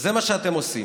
וזה מה שאתם עושים.